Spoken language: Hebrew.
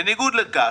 בניגוד לכך,